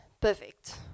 perfect